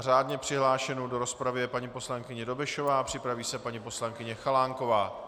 Řádně přihlášenou do rozpravy je paní poslankyně Dobešová, připraví se paní poslankyně Chalánková.